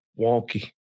wonky